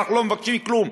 אנחנו לא מבקשים כלום,